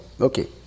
Okay